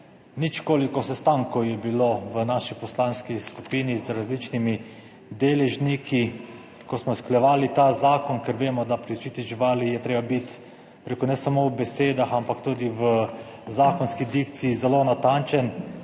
nič koliko sestankov je bilo v naši poslanski skupini z različnimi deležniki, ko smo usklajevali ta zakon, ker vemo, da pri zaščiti živali je treba biti, bi rekel, ne samo v besedah, ampak tudi v zakonski dikciji zelo natančen,